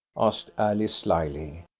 asked alice, slyly.